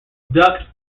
duct